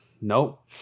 Nope